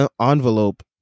envelope